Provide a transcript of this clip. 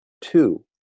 Two